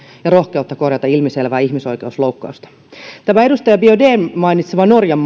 ja rohkeutta korjata ilmiselvää ihmisoikeusloukkausta edustaja biaudetn mainitsemassa norjan